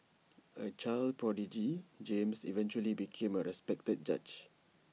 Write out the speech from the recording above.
A child prodigy James eventually became A respected judge